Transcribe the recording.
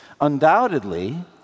Undoubtedly